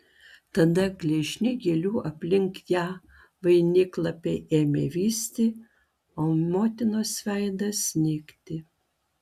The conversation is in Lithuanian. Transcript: tada gležni gėlių aplink ją vainiklapiai ėmė vysti o motinos veidas nykti